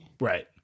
Right